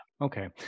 Okay